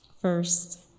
First